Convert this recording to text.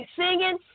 singing